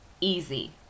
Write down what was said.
Easy